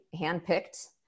handpicked